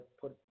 put